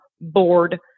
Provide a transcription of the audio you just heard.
Board